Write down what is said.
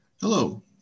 Hello